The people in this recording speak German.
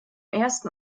ersten